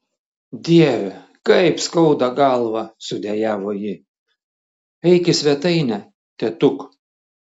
dieve kaip skauda galvą sudejavo ji eik į svetainę tėtuk